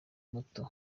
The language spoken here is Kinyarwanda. muto